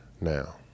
now